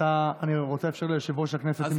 אני רוצה לאפשר ליושב-ראש הכנסת,